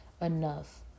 enough